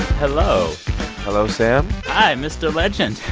hello hello, sam hi, mr. legend.